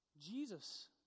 Jesus